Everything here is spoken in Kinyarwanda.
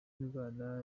ndwara